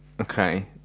Okay